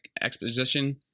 exposition